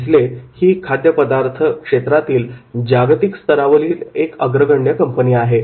नेसले ही खाद्यपदार्थ क्षेत्रातील जागतिक स्तरावरील एक अग्रगण्य कंपनी आहे